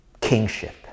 kingship